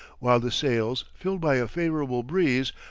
while the sails, filled by a favourable breeze,